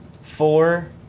Four